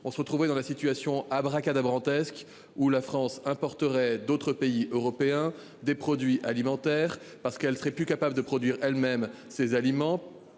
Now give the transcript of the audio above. on se retrouverait dans la situation abracadabrantesque où la France hein porterait d'autres pays européens, des produits alimentaires parce qu'elle serait plus capable de produire elles-mêmes ces aliments